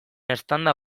eztanda